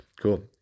Cool